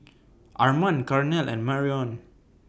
Armand Carnell and Marion